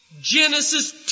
Genesis